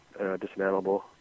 dismantleable